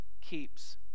keeps